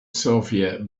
sophia